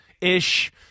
ish